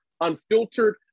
unfiltered